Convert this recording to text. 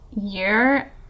year